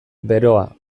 beroa